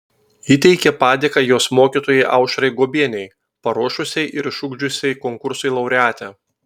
įteikė padėką jos mokytojai aušrai guobienei paruošusiai ir išugdžiusiai konkursui laureatę